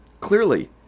Clearly